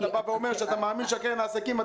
אתה אומר שאתה מאמין שהקרן לעסקים,